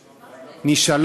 לא, אני מתנצל.